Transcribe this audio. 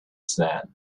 sand